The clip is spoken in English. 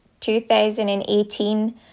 2018